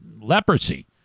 leprosy